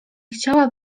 chciała